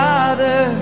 Father